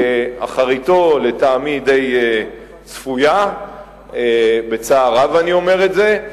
שאחריתו לטעמי די צפויה, בצער רב אני אומר את זה,